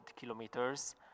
kilometers